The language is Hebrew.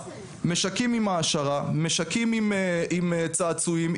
משקים עם צעצועים,